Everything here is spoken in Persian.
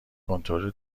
کنترل